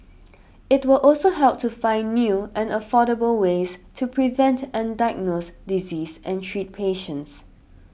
it will also help to find new and affordable ways to prevent and diagnose diseases and treat patients